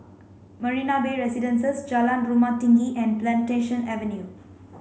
Marina Bay Residences Jalan Rumah Tinggi and Plantation Avenue